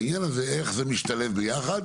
בעניין הזה, איך זה משתלב ביחד.